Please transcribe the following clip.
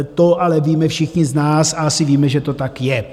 To ale víme všichni z nás a asi víme, že to tak je.